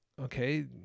okay